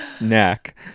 neck